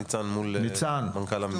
נושא הנשים הוא בדיוק אותו הדבר, זה צו